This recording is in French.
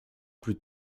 plus